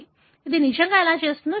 ఇది నిజంగా ఎలా చేస్తుందో చూద్దాం